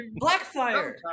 Blackfire